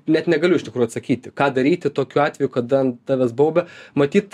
net negaliu iš tikrų atsakyti ką daryti tokiu atveju kada ant tavęs baubia matyt